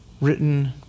written